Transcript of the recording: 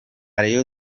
rayon